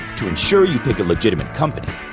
to ensure you pick a legitimate company,